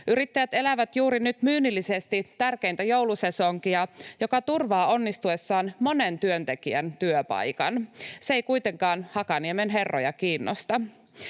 Yrittäjät elävät juuri nyt myynnillisesti tärkeintä joulusesonkia, joka turvaa onnistuessaan monen työntekijän työpaikan. Se ei kuitenkaan Hakaniemen herroja kiinnosta.